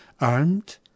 armed